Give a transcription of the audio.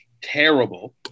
terrible